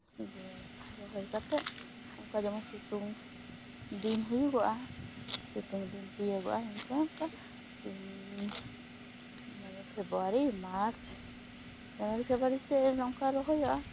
ᱡᱮ ᱨᱚᱦᱚᱭ ᱠᱟᱛᱮ ᱚᱝᱠᱟ ᱡᱮᱢᱚᱱ ᱥᱤᱛᱩᱝ ᱫᱤᱱ ᱦᱩᱭᱩᱜᱚᱜᱼᱟ ᱥᱤᱛᱩᱝ ᱫᱤᱱ ᱛᱤᱭᱟᱹᱜᱚᱜᱼᱟ ᱚᱝᱠᱟᱼᱚᱝᱠᱟ ᱫᱤᱱ ᱢᱟᱱᱮ ᱯᱷᱮᱵᱨᱩᱣᱟᱨᱤ ᱢᱟᱨᱪ ᱡᱟᱱᱣᱟᱨᱤ ᱯᱷᱮᱵᱨᱩᱣᱟᱨᱤ ᱥᱮᱡ ᱱᱚᱝᱠᱟ ᱨᱚᱦᱚᱭᱚᱜᱼᱟ